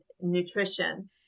nutrition